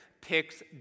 picks